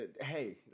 Hey